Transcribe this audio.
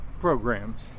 programs